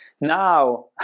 now